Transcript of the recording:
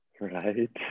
right